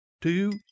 two